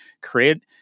create